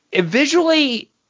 Visually